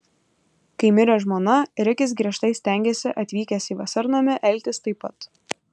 kai mirė žmona rikis griežtai stengėsi atvykęs į vasarnamį elgtis taip pat